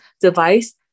device